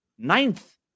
Ninth